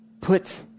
put